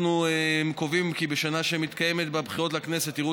אנחנו קובעים כי בשנה שבה מתקיימות בחירות לכנסת יראו